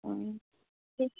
ᱩᱸ ᱴᱷᱤᱠ